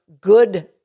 good